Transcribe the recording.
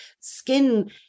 skin